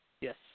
Yes